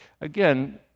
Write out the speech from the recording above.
again